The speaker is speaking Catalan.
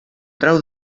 trau